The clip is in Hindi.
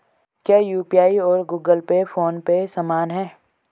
क्या यू.पी.आई और गूगल पे फोन पे समान हैं?